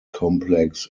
complex